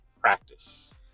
practice